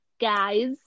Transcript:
guys